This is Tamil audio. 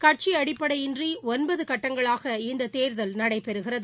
கட்சி அடிப்படையின்றி ஒன்பது கட்டங்களாக இந்த தேர்தல் நடைபெறுகிறது